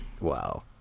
Wow